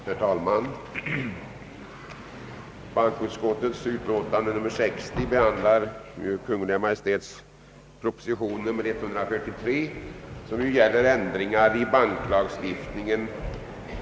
Herr talman! Bankoutskottets utlåtande nr 60 behandlar Kungl. Maj:ts proposition nr 143 om ändringar i banklagstiftningen.